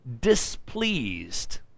displeased